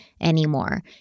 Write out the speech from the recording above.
anymore